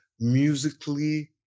musically